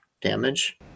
damage